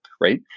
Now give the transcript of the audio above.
right